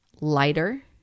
lighter